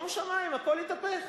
שומו שמים, הכול התהפך.